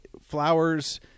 flowers